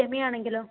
സെമിയാണെങ്കിലോ